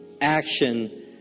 action